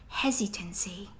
hesitancy